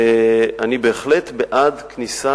אני בהחלט בעד כניסת